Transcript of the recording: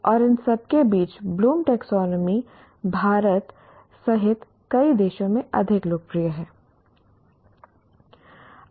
और इन सबके बीच Bloom taxonomy Bloom's taxonomy Bharat सहित कई देशों में अधिक लोकप्रिय है